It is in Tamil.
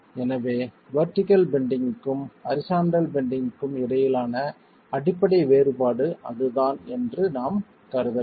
எனவே வெர்டிகள் பெண்டிங்க்கும் ஹரிசாண்டல் பெண்டிங்க்கும் இடையிலான அடிப்படை வேறுபாடு அதுதான் என்று நாம் கருத வேண்டும்